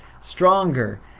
stronger